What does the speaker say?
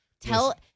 Tell